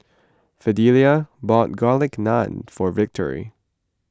Fidelia bought Garlic Naan for Victory